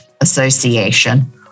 Association